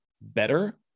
better